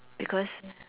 because